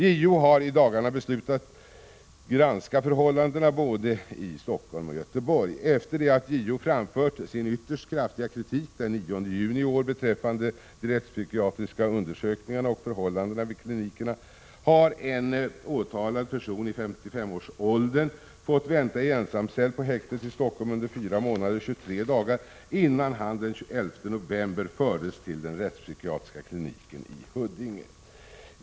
JO har i dagarna beslutat granska förhållandena både i Stockholm och i Göteborg. Efter det att JO framfört sin ytterst kraftiga kritik den 9 juni i år beträffande de rättspsykiatriska undersökningarna och förhållandena vid klinikerna har en åtalad person i 55-årsåldern fått vänta i ensamcell på häktet i Stockholm under fyra månader och 23 dagar, innan han den 11 november fördes till den rättspsykiatriska kliniken i Huddinge.